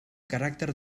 caràcter